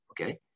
okay